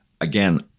again